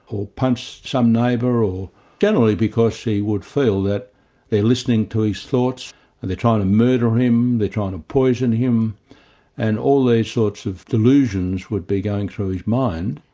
or punched some neighbour or generally because he would feel that they're listening to his thoughts and they're trying to murder him, they're trying to poison him and all these sorts of delusions would be going through his mind.